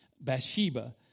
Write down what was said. Bathsheba